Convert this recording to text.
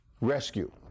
rescue